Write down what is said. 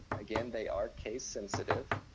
again, they are case-sensitive.